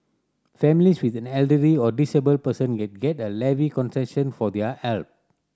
families with an elderly or disabled person can get a levy concession for their help